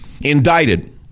indicted